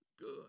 good